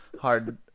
Hard